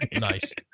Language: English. Nice